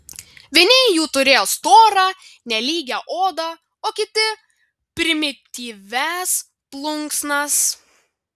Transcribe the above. vieni jų turėjo storą nelygią odą o kiti primityvias plunksnas